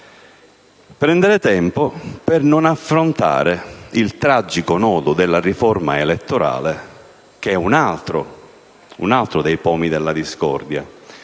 tra i cittadini, per non affrontare il tragico nodo della riforma elettorale, che è un altro dei pomi della discordia,